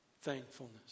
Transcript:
thankfulness